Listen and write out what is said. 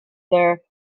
their